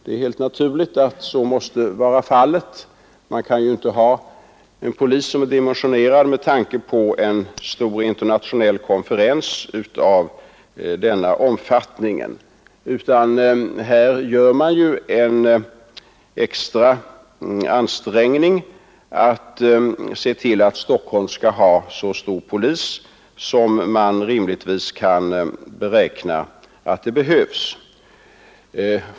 Det är helt naturligt att så måste vara fallet. Man kan inte ha en poliskår som är dimensionerad med tanke på en stor internationell konferens av denna omfattning, utan här gör man en extra ansträngning för att se till att Stockholm har en så stor polisstyrka som man rimligtvis kan beräkna att det behövs.